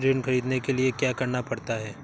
ऋण ख़रीदने के लिए क्या करना पड़ता है?